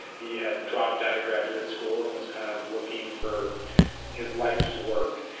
he had dropped out of graduate school and was kind of looking for his life's work,